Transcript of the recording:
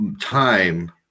time